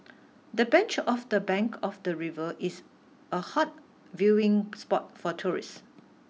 the bench of the bank of the river is a hot viewing spot for tourists